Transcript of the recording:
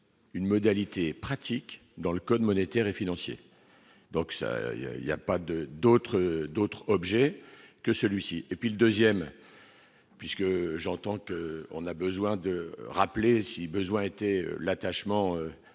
une modalité pratique dans le Code monétaire et financier, donc ça il y a, il y a pas de d'autres d'autres objets, que celui-ci, et puis le 2ème puisque j'entends qu'on a besoin de rappeler, si besoin était, l'attachement